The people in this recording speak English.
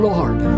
Lord